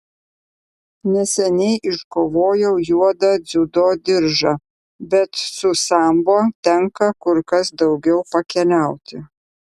neseniai iškovojau juodą dziudo diržą bet su sambo tenka kur kas daugiau pakeliauti